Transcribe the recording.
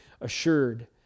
assured